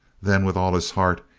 then, with all his heart,